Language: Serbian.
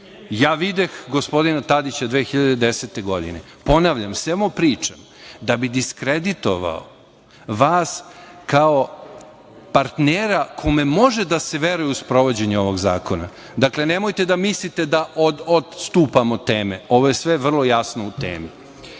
Ja videh gospodina Tadića 2010. godine. Ponavljam, sve ovo pričam da bih diskreditovao vas kao partnera kome može da se veruje u sprovođenje ovog zakona. Dakle, nemojte da mislite da odstupam od teme, ovo je sve vrlo jasno u